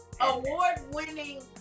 award-winning